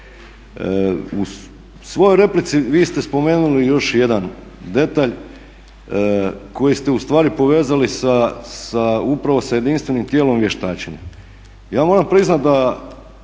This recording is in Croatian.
U svojoj replici vi ste spomenuli još jedan detalj koji ste u stvari povezali sa, upravo sa jedinstvenim tijelom vještačenja.